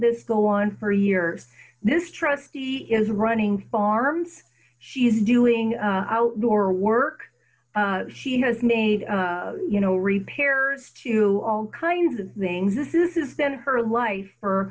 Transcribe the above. this go on for years this trustee is running farms she's doing outdoor work she has made you know repairs to all kinds of things this is then her life for